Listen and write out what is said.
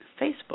Facebook